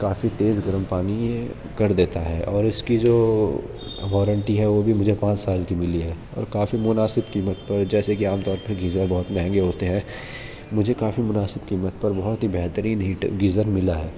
کافی تیز گرم پانی یہ کر دیتا ہے اور اس کی جو وارنٹی ہے وہ بھی مجھے پانچ سال کی ملی ہے اور کافی مناسب قیمت پر جیسے کہ عام طور پہ گیزر بہت مہنگے ہوتے ہیں مجھے کافی مناسب قیمت پر بہت ہی بہترین ہیٹ گیزر ملا ہے